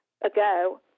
ago